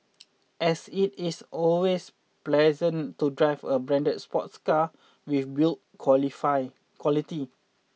as it is always pleasant to drive a branded sports car with build qualify quality